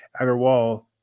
Agarwal